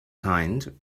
kind